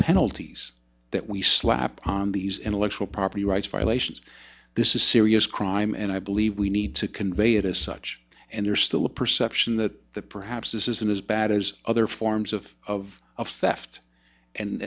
penalties that we slap on these intellectual property rights violations this is a serious crime and i believe we need to convey it as such and there's still a perception that perhaps this isn't as bad as other forms of of of theft and